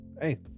hey